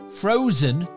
frozen